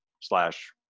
slash